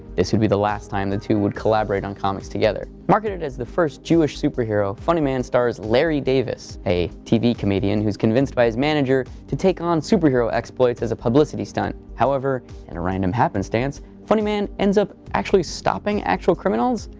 this would be the last time the two would collaborate on comics together. marketed as the first jewish superhero, superhero, funny man stars larry davis, a tv comedian who is convinced by his manager to take on superhero exploits as a publicity stunt. however, in a random happenstance, funny man ends up actually stopping actual criminals,